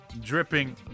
dripping